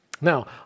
Now